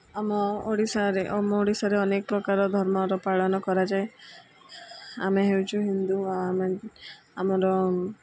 ଆମ ଓଡ଼ିଶାରେ ଆମ ଓଡ଼ିଶାରେ ଅନେକ ପ୍ରକାର ଧର୍ମର ପାଳନ କରାଯାଏ ଆମେ ହେଉଛୁ ହିନ୍ଦୁ ଆମେ ଆମର